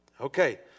Okay